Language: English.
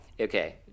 okay